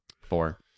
Four